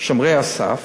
שומרי הסף,